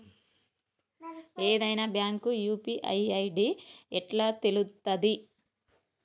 ఏదైనా bank UPI ID ఎట్లా తెలుత్తది?